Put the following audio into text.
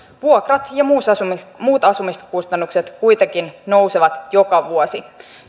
vuokrat ja muut asumiskustannukset kuitenkin nousevat joka vuosi